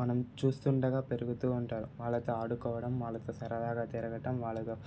మనం చూస్తుండగా పెరుగుతూ ఉంటారు వాళ్లతో ఆడుకోవడం వాళ్ళతో సరదాగా తిరగటం వాళ్ళతో